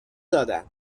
دادند